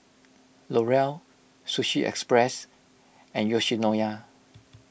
L'Oreal Sushi Express and Yoshinoya